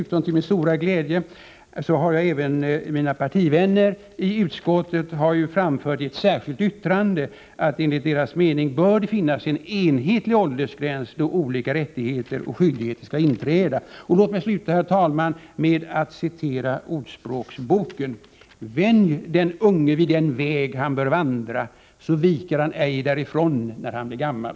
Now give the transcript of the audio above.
Till min stora glädje har dessutom mina partivänner i utskottet i ett särskilt yttrande framfört att det enligt deras mening bör finnas en enhetlig åldersgräns då olika rättigheter och skyldigheter inträder. Låt mig, herr talman, sluta med att citera ordspråksboken: Vänj den unge vid den väg han bör vandra, så viker han ej därifrån när han blir gammal.